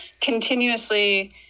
continuously